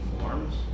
forms